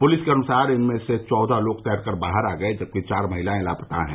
police के अनुसार इनमें से चौदह लोग तैर कर बाहर आ गये जबकि चार महिलाए लापता है